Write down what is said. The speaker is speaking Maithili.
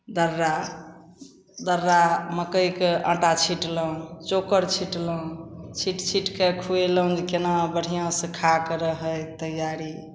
दर्रा दर्रा मकइके आटा छिटलहुँ चोकर छिटलहुँ छीटि छीटिके खुएलहुँ जे कोना बढ़िआँसे खाके रहै तैआरी